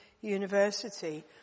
university